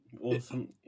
awesome